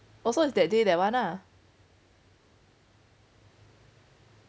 oh so is that day that [one] ah